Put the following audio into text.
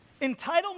entitlement